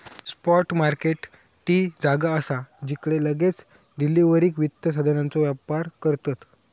spot market ती जागा असा जिकडे लगेच डिलीवरीक वित्त साधनांचो व्यापार करतत